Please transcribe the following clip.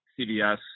CVS